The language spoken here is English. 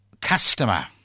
customer